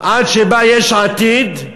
עד שבאה יש עתיד,